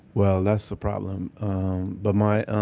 well, that's the problem but my,